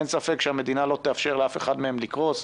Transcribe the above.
אין ספק שהמדינה לא תאפשר לאף אחד מהם לקרוס.